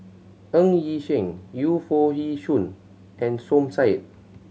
Ng Yi Sheng Yu Foo Yee Shoon and Som Said